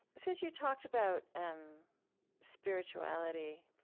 since you talked about and spirituality,